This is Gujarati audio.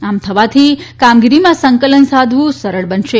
આમ થવાથી કામગીરીમાં સંકલન સાધવુ સરળ બનશે